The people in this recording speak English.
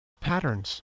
patterns